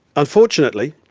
unfortunately,